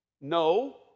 No